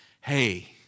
hey